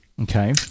Okay